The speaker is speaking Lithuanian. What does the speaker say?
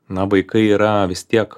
na vaikai yra vis tiek